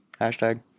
Hashtag